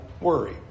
worry